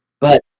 But-